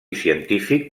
científic